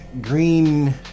green